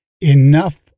enough